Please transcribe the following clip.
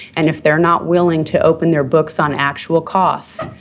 and, if they're not willing to open their books on actual costs,